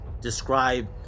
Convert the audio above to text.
describe